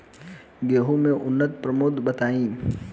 गेंहू के उन्नत प्रभेद बताई?